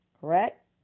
correct